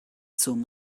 zum